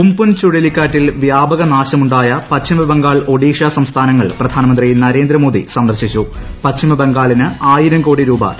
ഉം പുൻ ചുഴലിക്കാറ്റിൽ വ്യാപക നാശമുണ്ടായ പശ്ചിമ ബംഗാൾ ഒഡീഷ സംസ്ഥാനങ്ങൾ പ്രധാനമന്ത്രി നരേന്ദ്ര മോദി സന്ദർശിച്ചു പശ്ചിമ ബംഗാളിന് ആയിരം കോടി രൂപ ധനസഹായം